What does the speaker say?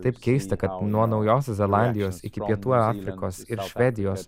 taip keista kad nuo naujosios zelandijos iki pietų afrikos ir švedijos